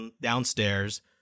downstairs